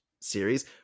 series